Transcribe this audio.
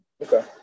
okay